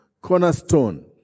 cornerstone